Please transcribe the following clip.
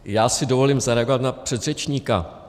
Já si dovolím zareagovat na předřečníka.